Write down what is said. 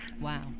Wow